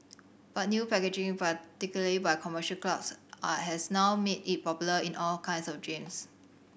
but new packaging particularly by commercial clubs I has now made it popular in all kinds of gyms